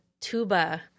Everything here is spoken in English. tuba